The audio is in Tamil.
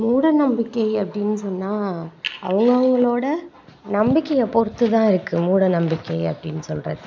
மூட நம்பிக்கை அப்படினு சொன்னால் அவங்க அவங்களோடய நம்பிக்கையை பொறுத்துதான் இருக்குது மூட நம்பிக்கை அப்படின்னு சொல்கிறது